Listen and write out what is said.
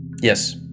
Yes